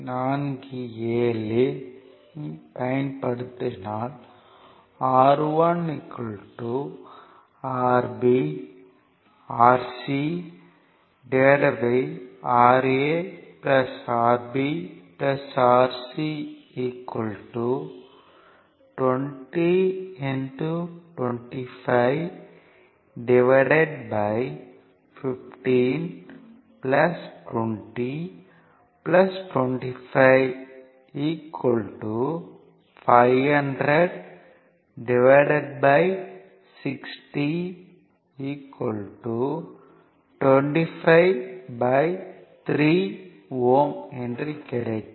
47 ஐ பயன்படுத்தினால் R1 Rb RcRa Rb Rc 20 2515 20 25 50060 25 3 Ω என்று கிடைக்கும்